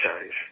change